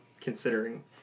considering